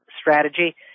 strategy